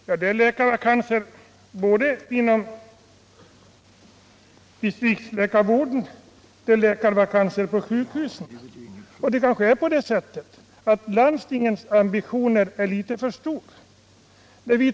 Det finns läkarvakanser både inom distriktsläkarvården och på sjukhusen, och det kanske är på det sättet att landstingens ambitioner är litet för stora.